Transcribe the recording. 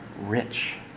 rich